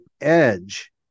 edge